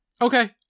Okay